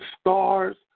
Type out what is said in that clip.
stars